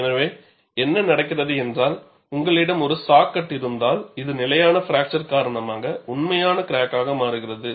எனவே என்ன நடக்கிறது என்றால் உங்களிடம் ஒரு சா கட் இருந்தால் இது நிலையான பிராக்சர் காரணமாக உண்மையான கிராக்காக மாறுகிறது